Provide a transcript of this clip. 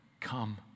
come